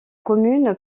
commune